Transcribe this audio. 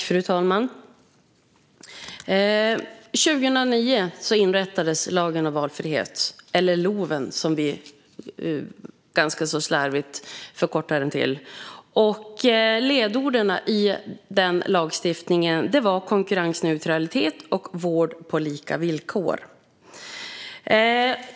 Fru talman! År 2009 inrättades lagen om valfrihet, eller LOV, som vi ganska slarvigt förkortar den till. Ledorden i denna lagstiftning var konkurrensneutralitet och vård på lika villkor.